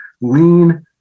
lean